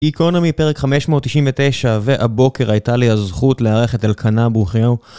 איקונה מפרק 599, והבוקר הייתה לי הזכות לארח את אלקנה, ברוכים הבאים.